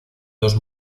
dos